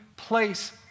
Place